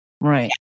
Right